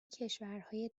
کشورهای